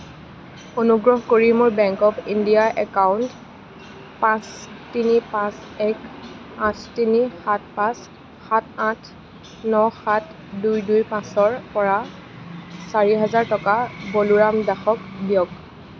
অনুগ্ৰহ কৰি মোৰ বেংক অৱ ইণ্ডিয়াি একাউণ্ট পাঁচ তিনি পাঁচ এক আঠ তিনি সাত পাঁচ সাত আঠ ন সাত দুই দুই পাঁচৰ পৰা চাৰি হাজাৰ টকা বলোৰাম দাসক দিয়ক